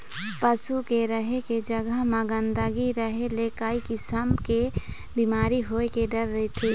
पशु के रहें के जघा म गंदगी रहे ले कइ किसम के बिमारी होए के डर रहिथे